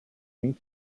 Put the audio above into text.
paint